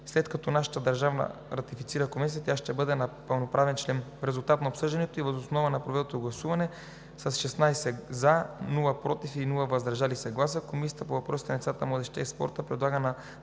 След като нашата държава ратифицира Конвенцията, тя ще бъде пълноправен член. В резултат на обсъждането и въз основа на проведеното гласуване с 16 гласа „за“, без „против“ и „въздържал се“ Комисията по въпросите на децата, младежта и спорта предлага на